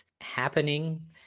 happening